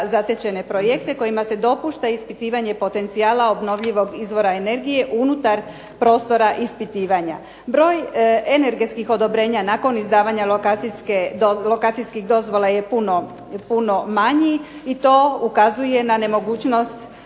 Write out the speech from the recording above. zatečene projekte kojima se dopušta ispitivanje potencijala obnovljivog izvora energije unutar prostora ispitivanja. Broj energetskih odobrenja nakon izdavanja lokacijskih dozvola je puno manji i to ukazuje na nemogućnost,